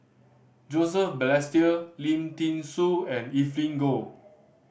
Joseph Balestier Lim Thean Soo and Evelyn Goh